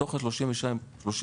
מתוך ה-32 תקנים,